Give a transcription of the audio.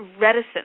reticent